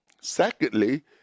Secondly